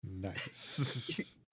Nice